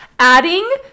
Adding